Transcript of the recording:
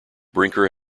brinker